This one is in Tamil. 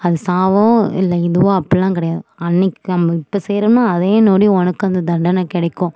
அது சாவோ இல்லை இதுவோ அப்பிட்லாம் கிடையாது அன்னைக்கு நம்ம இப்போ செய்யறோம்னா அதே நொடி உனக்கு அந்த தண்டனை கிடைக்கும்